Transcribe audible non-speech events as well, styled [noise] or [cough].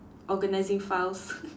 organising files [laughs]